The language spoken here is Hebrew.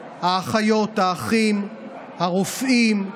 לאחיות, לאחים, לרופאים,